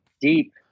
deep